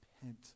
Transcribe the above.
repent